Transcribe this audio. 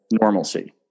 normalcy